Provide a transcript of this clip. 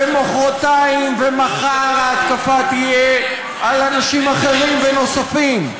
ומחרתיים ומחר ההתקפה תהיה על אנשים אחרים ונוספים.